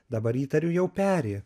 dabar įtariu jau peri